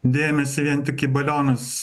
dėmesį vien tik į balionus